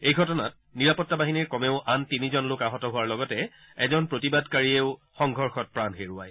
এই ঘটনাত নিৰাপত্তা বাহিনীৰ কমেও আন তিনিজন লোক আহত হোৱাৰ লগতে এজন প্ৰতিবাদকাৰীয়েও সংঘৰ্ষত প্ৰাণ হেৰুৱায়